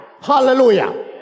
Hallelujah